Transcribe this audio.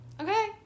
okay